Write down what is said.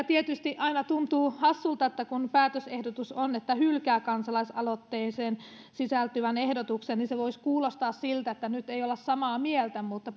tietysti aina tuntuu hassulta kun päätösehdotus on että hylkää kansalaisaloitteeseen sisältyvän ehdotuksen se voi kuulostaa siltä että nyt ei olla samaa mieltä mutta